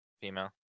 female